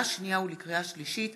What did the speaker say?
לקריאה שנייה ולקריאה שלישית,